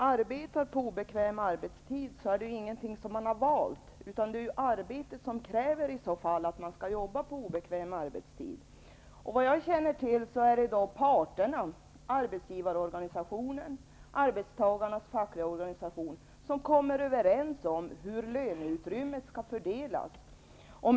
Fru talman! Man har ju inte valt att arbeta på obekväm arbetstid, utan det är arbetet som kräver att man skall arbeta på obekväm arbetstid. Såvitt jag känner till är det parterna, arbetsgivarorganisationen och arbetstagarnas fackliga organisation, som skall komma överens om hur löneutrymmet skall fördelas.